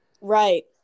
right